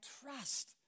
trust